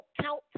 count